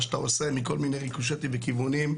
שאתה עושה מכל מיני ריקושטים וכיוונים,